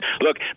Look